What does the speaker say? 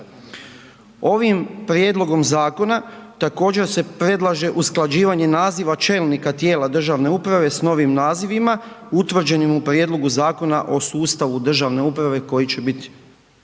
Ovim prijedlogom zakona također se predlaže usklađivanje naziva čelnika tijela državne uprave s novim nazivima, utvrđenim u prijedlogu Zakona o sustavu državne uprave, koji će bit